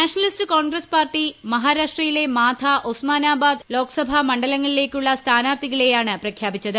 nationalist Congress Party മഹാരാഷ്ട്രയിലെ മാധ ഒസ്മാനാബാദ് ലോക്സഭാ മണ്ഡലങ്ങളിലേക്ക് സ്ഥാനാർത്ഥികളെയാണ് പ്രഖ്യാപിച്ചത്